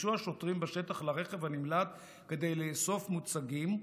ניגשו השוטרים בשטח לרכב הנמלט כדי לאסוף מוצגים,